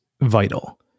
vital